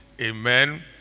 Amen